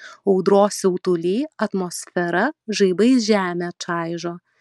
audros siutuly atmosfera žaibais žemę čaižo